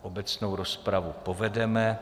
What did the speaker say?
Obecnou rozpravu povedeme.